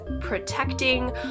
protecting